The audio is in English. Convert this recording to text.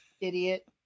idiot